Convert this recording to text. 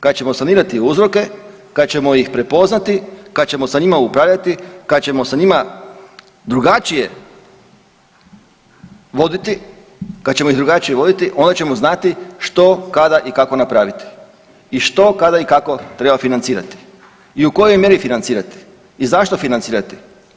Kad ćemo sanirati uzroke, kad ćemo ih prepoznati, kad ćemo sa njima upravljati, kad ćemo sa njima drugačije voditi, kad ćemo ih drugačije voditi onda ćemo znati što, kada i kako napraviti i što, kada i kako treba financirati i u kojoj mjeri financirati i zašto financirati.